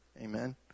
Amen